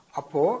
apo